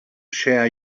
share